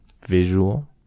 visual